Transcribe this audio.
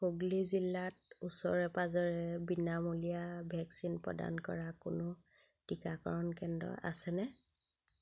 হুগ্লি জিলাত ওচৰে পাঁজৰে বিনামূলীয়া ভেকচিন প্ৰদান কৰা কোনো টীকাকৰণ কেন্দ্ৰ আছেনে